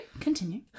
Continue